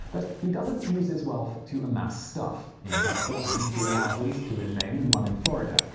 but he doesn't use his wealth to amass stuff. he and tabitha own three houses two in maine and one in florida.